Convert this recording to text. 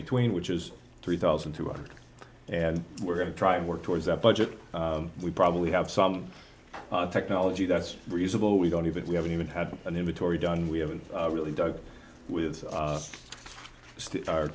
between which is three thousand two hundred and we're going to try and work towards that budget we probably have some technology that's reasonable we don't even we haven't even had an inventory done we haven't really done with